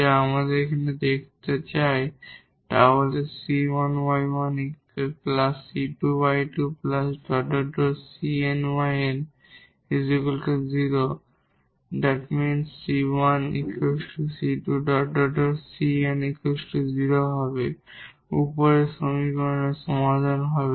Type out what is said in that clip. যা আমরা এখানে দেখাতে চাই তাহলে 𝑐1𝑦1 𝑐2𝑦2 ⋯ 𝑐𝑛𝑦𝑛 0 ⇒ 𝑐1 𝑐2 ⋯ 𝑐𝑛 0 উপরের সমীকরণের সমাধান হবে